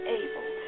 able